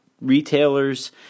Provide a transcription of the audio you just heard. retailers